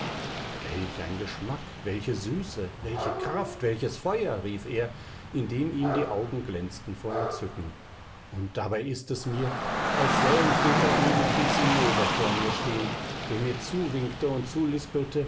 welch ein geschmack welche süße welche kraft welches feuer rief er indem ihm die augen glänzten vor entzücken und dabei ist es mir als säh ich den verewigten zinnober vor mir stehen der mir zuwinkte und